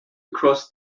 across